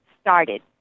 started